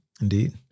Indeed